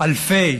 אלפי